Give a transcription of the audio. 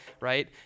right